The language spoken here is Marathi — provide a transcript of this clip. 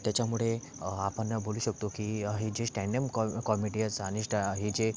त्याच्यामुळे आपण बोलू शकतो की हे जे स्टँडम कॉ कॉमेडीयन्स आणि स्टा हे जे